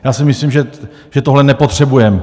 Já si myslím, že tohle nepotřebujeme.